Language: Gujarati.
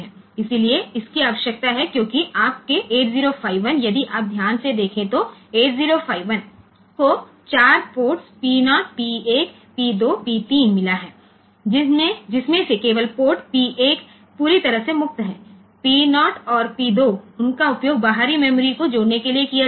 તેથી આ જરૂરી હોય છે કારણ કે આપણું 8051 પ્રોસેસર જો આપણે ધ્યાનથી જોઈએ તો 8051 પ્રોસેસર પાસે 4 પોર્ટ્સ હોય છે જે P0 P1 P2 P3 છે અને તેમાંથી માત્ર P1 પોર્ટ સંપૂર્ણપણે મુક્ત હોય છે અને પોર્ટ P0 અને P2 આ કનેક્ટિંગ એક્સટર્નલ મેમરી માટે વપરાય છે